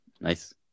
Nice